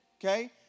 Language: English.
Okay